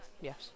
Yes